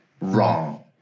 wrong